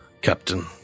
Captain